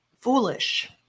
foolish